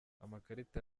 amakarita